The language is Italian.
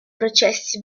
processi